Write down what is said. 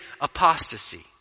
apostasy